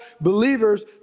believers